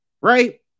right